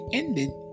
ended